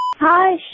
Hi